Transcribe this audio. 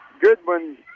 Goodwin